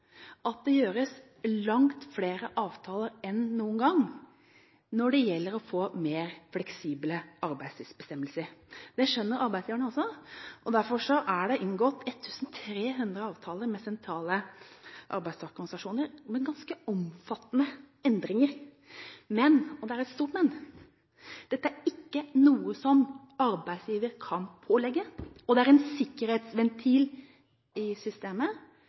at det gjøres langt flere avtaler enn noen gang når det gjelder å få mer fleksible arbeidstidsbestemmelser. Det skjønner arbeidsgiverne også, og derfor er det inngått 1 300 avtaler med sentrale arbeidstakerorganisasjoner med ganske omfattende endringer. Men – og det er et stort men – det er ikke noe som arbeidsgiver kan pålegge, og det er en sikkerhetsventil i systemet